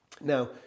Now